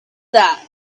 that